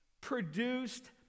produced